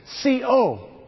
C-O